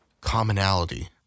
Commonality